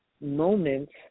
moments